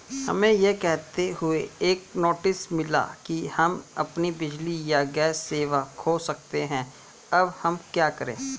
हमें यह कहते हुए एक नोटिस मिला कि हम अपनी बिजली या गैस सेवा खो सकते हैं अब हम क्या करें?